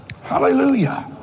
Hallelujah